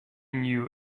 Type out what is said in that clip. knew